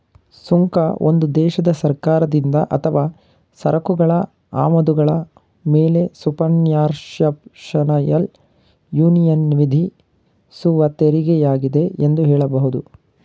ಸುಂಕ ಒಂದು ದೇಶದ ಸರ್ಕಾರದಿಂದ ಅಥವಾ ಸರಕುಗಳ ಆಮದುಗಳ ಮೇಲೆಸುಪರ್ನ್ಯಾಷನಲ್ ಯೂನಿಯನ್ವಿಧಿಸುವತೆರಿಗೆಯಾಗಿದೆ ಎಂದು ಹೇಳಬಹುದು